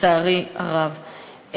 לצערי הרב.